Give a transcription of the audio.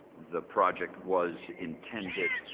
the project was intended